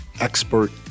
expert